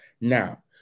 Now